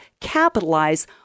capitalize